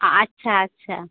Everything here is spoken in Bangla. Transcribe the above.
আচ্ছা আচ্ছা